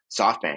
SoftBank